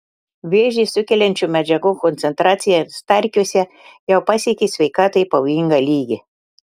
vėžį sukeliančių medžiagų koncentracija starkiuose jau pasiekė sveikatai pavojingą lygį